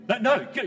no